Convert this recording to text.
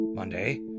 Monday